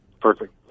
Perfect